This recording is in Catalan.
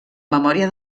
memòria